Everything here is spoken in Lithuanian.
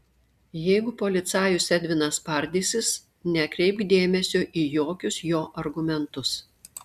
jeigu policajus edvinas spardysis nekreipk dėmesio į jokius jo argumentus